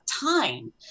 time